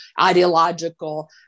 ideological